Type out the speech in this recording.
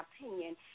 opinion